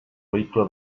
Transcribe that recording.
vehicle